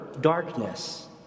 darkness